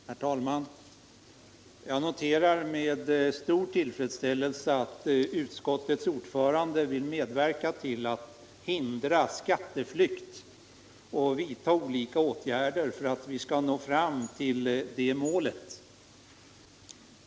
Herr talman! Jag noterar med stor tillfredsställelse att utskottets ordförande vill medverka till att hindra skatteflykt och att vidta åtgärder för att vi skall nå det målet.